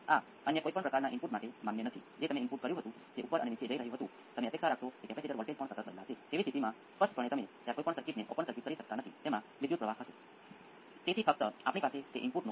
હવે exponential input માટે જે થાય છે તે નેચરલ રિસ્પોન્સ શૂન્ય થાય છે પરંતુ ફોર્સ રિસ્પોન્સ પણ માત્ર ઇનપુટની પ્રકૃતિને કારણે શૂન્ય થાય છે જ્યારે સાઇનુંસોઇડ્સ માટે નેચરલ રિસ્પોન્સ અલબત્ત શૂન્ય થાય છે પરંતુ ફોર્સ રિસ્પોન્સનો ભાગ એમજ રહે છે